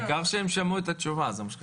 עליה כ-25 שנה וזה קצת שונ